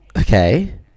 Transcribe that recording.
Okay